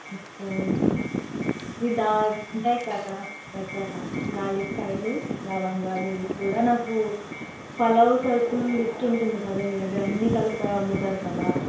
ఇంకా అవి దా ఉన్నాయి కదా దగ్గర యాలక్కాయలు లవంగాలు ఇవి కూడా నాకు పలావు సరుకులు లిస్టు ఉంటుది కదా మీ దగ్గర అన్ని కలిపి అమ్ముతారు కదా